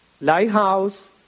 Lighthouse